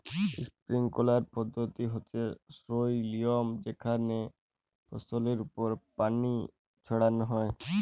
sprinkler পদ্ধতি হচ্যে সই লিয়ম যেখানে ফসলের ওপর পানি ছড়ান হয়